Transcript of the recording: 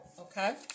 Okay